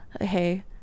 Hey